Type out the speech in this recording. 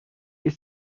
ist